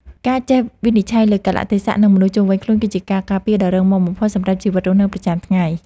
ការចេះវិនិច្ឆ័យលើកាលៈទេសៈនិងមនុស្សជុំវិញខ្លួនគឺជាការការពារដ៏រឹងមាំបំផុតសម្រាប់ជីវិតរស់នៅប្រចាំថ្ងៃ។